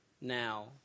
now